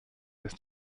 this